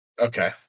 Okay